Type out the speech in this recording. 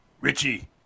Richie